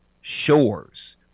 Shores